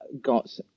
got